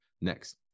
next